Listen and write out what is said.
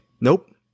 Nope